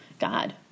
God